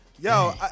Yo